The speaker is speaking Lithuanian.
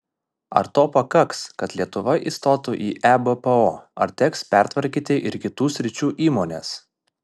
ar to pakaks kad lietuva įstotų į ebpo ar teks pertvarkyti ir kitų sričių įmones